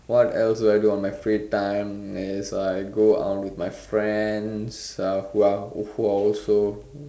what else I do on my free time is I go out with my friends uh who are who are also